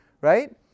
Right